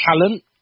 talent